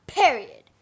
period